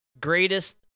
greatest